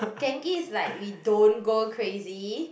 Genki is like we don't go crazy